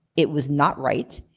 it was not right.